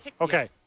Okay